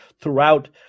throughout